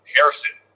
Harrison